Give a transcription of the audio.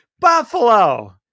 Buffalo